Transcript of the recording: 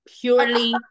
Purely